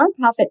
nonprofit